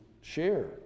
share